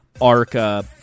Arca